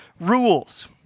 rules